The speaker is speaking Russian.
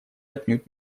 отнюдь